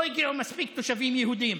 לא הגיעו מספיק תושבים יהודים.